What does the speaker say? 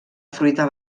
fruita